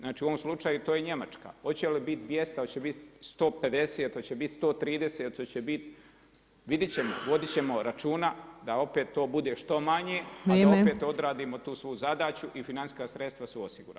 Znači u ovom slučaju to je Njemačka, hoće li biti 200, hoće biti 150, hoće biti 130, hoće biti, vidjeti ćemo, voditi ćemo računa da opet to bude što manje a da opet odradimo tu svu zadaću i financijska sredstva su osigurana.